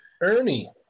Ernie